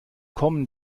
kommen